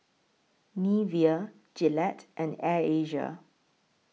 Nivea Gillette and Air Asia